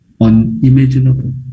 Unimaginable